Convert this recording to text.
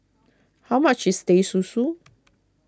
how much is Teh Susu